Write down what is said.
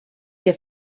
que